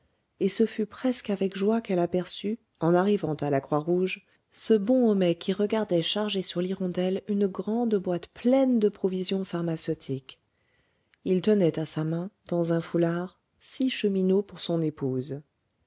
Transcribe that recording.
et ce fut presque avec joie qu'elle aperçut en arrivant à la croix rouge ce bon homais qui regardait charger sur l'hirondelle une grande boîte pleine de provisions pharmaceutiques il tenait à sa main dans un foulard six cheminots pour son épouse